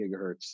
gigahertz